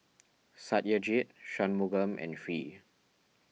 Satyajit Shunmugam and Hri